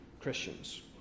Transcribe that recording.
Christians